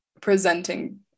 presenting